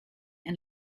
and